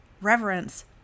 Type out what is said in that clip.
reverence